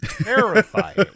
terrifying